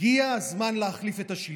הגיע הזמן להחליף את השלטון.